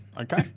okay